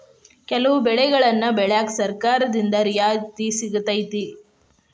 ಕೆಲವು ಬೆಳೆಗನ್ನಾ ಬೆಳ್ಯಾಕ ಸರ್ಕಾರದಿಂದ ರಿಯಾಯಿತಿ ಸಿಗತೈತಿ